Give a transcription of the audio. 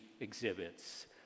exhibits